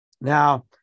Now